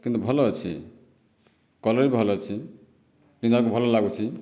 କିନ୍ତୁ ଭଲ ଅଛି କଲର୍ ବି ଭଲ ଅଛି ପିନ୍ଧିବାକୁ ଭଲ୍ ଲାଗୁଛି